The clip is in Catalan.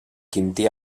quintí